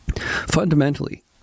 Fundamentally